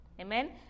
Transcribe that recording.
Amen